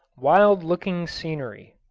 wild-looking scenery